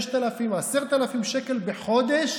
6,000 או 10,000 שקלים בחודש